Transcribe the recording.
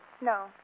No